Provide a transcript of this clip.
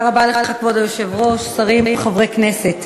כבוד היושב-ראש, תודה רבה לך, שרים, חברי כנסת,